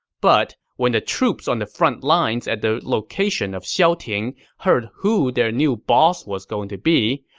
but when the troops on the frontlines at the location of xiaoting heard who their new boss was going to be,